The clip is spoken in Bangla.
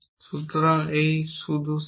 সুতরাং এই শুধু একটি সেট